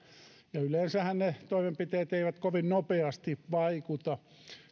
yleensähän ne toimenpiteet eivät kovin nopeasti vaikuta